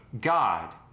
God